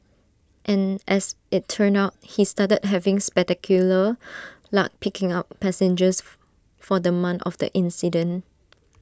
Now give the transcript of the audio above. and as IT turned out he started having spectacular luck picking up passengers for the month of the incident